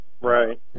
Right